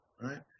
right